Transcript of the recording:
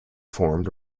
formed